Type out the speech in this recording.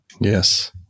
Yes